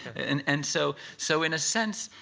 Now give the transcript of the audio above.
and and so so in a sense,